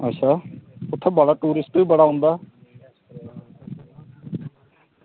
अच्छा उत्थें टुरिस्ट बी बड़ा औंदा